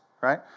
right